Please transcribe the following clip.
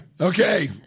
Okay